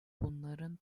bunların